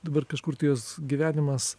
dabar kažkur tais gyvenimas